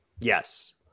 Yes